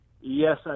Yes